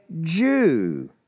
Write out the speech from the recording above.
Jew